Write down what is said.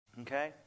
Okay